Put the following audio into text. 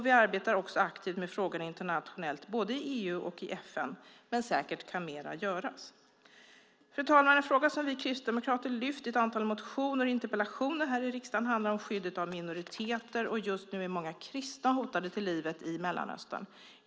Vi arbetar också aktivt med frågorna internationellt i EU och i FN, men säkert kan mer göras. Fru talman! En fråga som vi kristdemokrater har lyft upp i ett antal motioner och interpellationer i riksdagen handlar om skyddet av minoriteter. Just nu är många kristna hotade till livet i Mellanöstern.